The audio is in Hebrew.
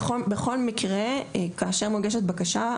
בכל מקרה כאשר מוגשת בקשה,